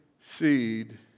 seed